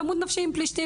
תמות נפשי עם פלישתים,